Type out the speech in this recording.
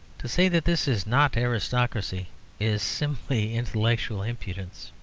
to say that this is not aristocracy is simply intellectual impudence.